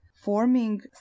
forming